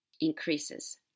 increases